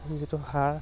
যিটো সাৰ